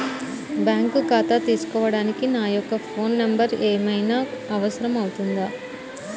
Bank ఖాతా తీసుకోవడానికి నా యొక్క ఫోన్ నెంబర్ ఏమైనా అవసరం అవుతుందా?